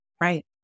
Right